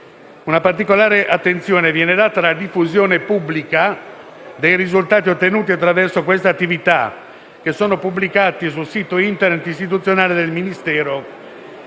Particolare attenzione viene data alla diffusione pubblica dei risultati ottenuti attraverso questa attività, che sono pubblicati sul sito Internet istituzionale del Ministero,